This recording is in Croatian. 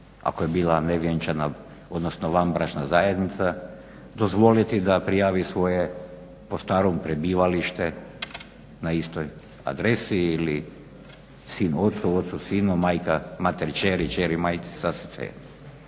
ako je bila nevjenčana, odnosno vanbračna zajednica dozvoliti da prijavi svoje po starom prebivalište na istoj adresi ili sin ocu, otac sinu, majka kćeri, kćer majci sasvim